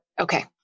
Okay